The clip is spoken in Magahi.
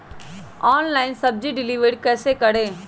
ऑनलाइन सब्जी डिलीवर कैसे करें?